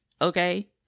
Okay